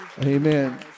Amen